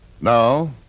Now